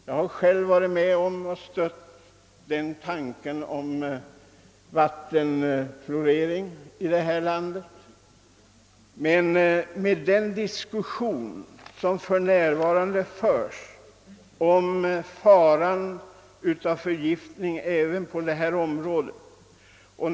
Jag har själv varit med om att stödja tanken på vattenfluoridering, men det förs ju för närvarande en livlig diskussion om faran av förgiftning härvidlag.